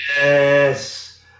yes